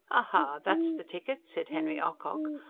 aha! that's the ticket, said henry ocock,